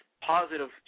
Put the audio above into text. positive